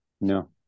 No